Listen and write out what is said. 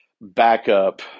backup